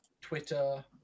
Twitter